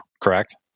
correct